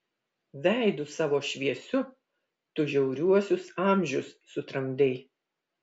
veidu savo šviesiu tu žiauriuosius amžius sutramdei